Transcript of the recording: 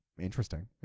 interesting